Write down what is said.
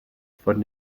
von